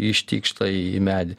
ištykšta į medį